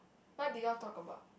what did you all talk about